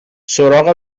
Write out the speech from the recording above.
سراغ